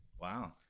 Wow